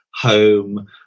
home